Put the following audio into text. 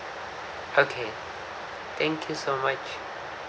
okay thank you so much